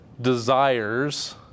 desires